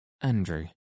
Andrew